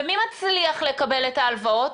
ומי מצליח לקבל את ההלוואות?